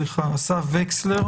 אסף וקסלר